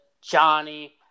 Johnny